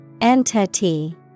Entity